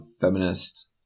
feminist